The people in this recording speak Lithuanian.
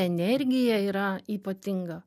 energija yra ypatinga